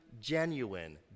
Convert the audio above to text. genuine